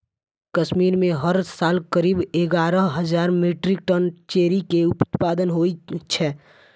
कश्मीर मे हर साल करीब एगारह हजार मीट्रिक टन चेरी के उत्पादन होइ छै